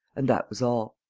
and that was all.